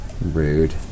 Rude